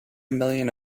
million